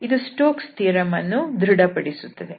ಇದು Stokes theorem Stoke's Theorem ಅನ್ನು ದೃಡಪಡಿಸುತ್ತದೆ